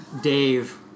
Dave